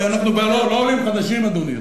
הרי אנחנו לא עולים חדשים, אדוני.